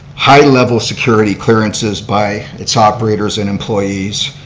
high level security clearances by its operators and employees,